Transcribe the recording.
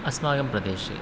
अस्माकं प्रदेशे